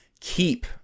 keep